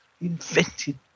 invented